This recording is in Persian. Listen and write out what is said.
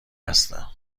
هستم